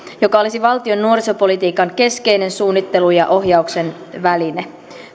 joka olisi valtion nuorisopolitiikan keskeinen suunnittelun ja ohjauksen väline